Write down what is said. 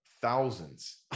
thousands